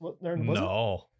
No